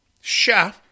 Sha